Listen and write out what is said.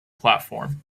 platform